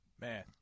Man